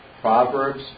Proverbs